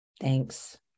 Thanks